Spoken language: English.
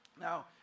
Now